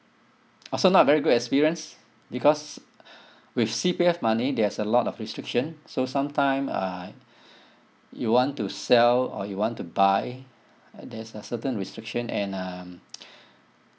also not very good experience because with C_P_F money there's a lot of restriction so sometime uh you want to sell or you want to buy uh there's a certain restriction and um